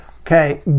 Okay